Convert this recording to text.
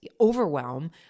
overwhelm